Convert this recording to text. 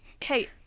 Hey